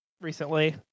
recently